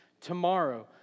Tomorrow